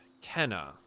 Kenna